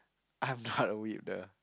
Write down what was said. I'm not a weeb [duh]